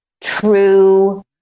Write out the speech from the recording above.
true